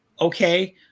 Okay